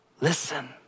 Listen